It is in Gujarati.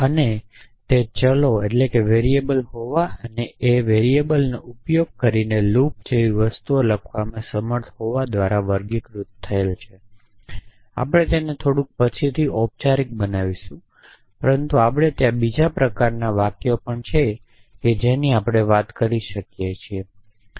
અને તે ચલો હોવા અને એ ચલોનો ઉપયોગ કરી ને લૂપ જેવી વસ્તુઓ લખવામાં સમર્થ હોવા દ્વારા વર્ગીકૃત થયેલ છે આપણે તેને થોડુંક પછીથી ઑપચારિક બનાવીશું પરંતુ આપણે ત્યાં બીજા પ્રકારનાં વાક્યો પણ છે જેની આપણે વાત કરી શકીએ છીએ